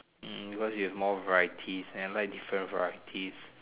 hmm cause it has more varieties and I like different varieties